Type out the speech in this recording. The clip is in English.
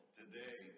today